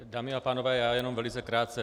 Dámy a pánové, já jenom velice krátce.